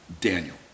Daniel